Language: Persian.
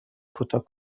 کوتاه